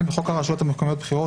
בחוק הרשויות המקומיות (בחירות),